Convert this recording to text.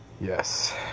Yes